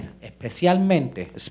Especialmente